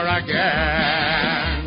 again